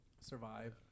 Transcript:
survive